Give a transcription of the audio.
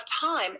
time